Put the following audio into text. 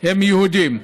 הם יהודים.